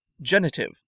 Genitive